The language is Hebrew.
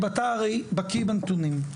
אתה הרי בקיא בנתונים.